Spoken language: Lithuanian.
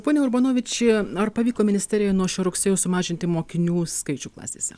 ponia urbonavič ar pavyko ministerijoj nuo šio rugsėjo sumažinti mokinių skaičių klasėse